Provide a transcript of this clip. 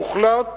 הוחלט